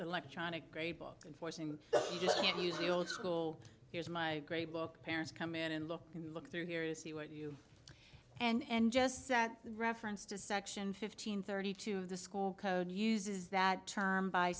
electronic grade book and forcing you just can't use the old school here's my great book parents come in and look and look through here you see what you and just said the reference to section fifteen thirty two of the school code uses that term by